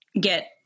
get